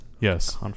Yes